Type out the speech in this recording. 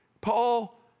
Paul